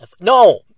No